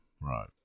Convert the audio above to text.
Right